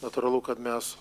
natūralu kad mes